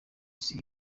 isi